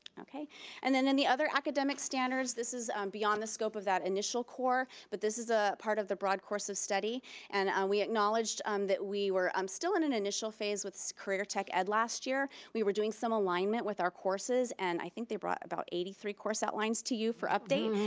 and then then the other academic standards, this is beyond the scope of that initial core, but this is ah part of the broad course of study and we acknowledge um that we were um still in an initial phase, with this career tech ed last year. we were doing some alignment with our courses, and i think they brought about eighty three course outlines to you for update,